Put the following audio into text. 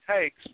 takes